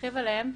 נרחיב עליהם.